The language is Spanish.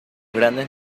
grandes